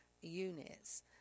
units